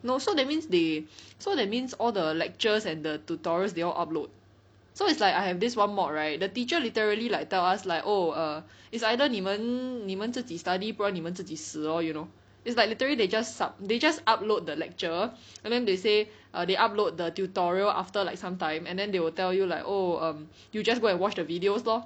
no so that means they so that means all the lectures and the tutorials they all upload so it's like I have this one mod right the teacher literally like tell us like oh err it's either 你们你们自己 study 不然你们自己死 lor you know it's like literally they just they just upload the lecture and then they say err they upload the tutorial after like sometime and then they will tell you like oh um you just go and watch the videos lor